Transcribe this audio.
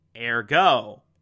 Ergo